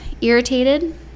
irritated